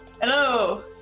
Hello